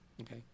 Okay